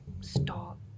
Stop